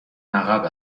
عقب